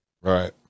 right